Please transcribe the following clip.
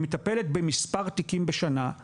היא מטפלת במספר תיקים בשנה אבל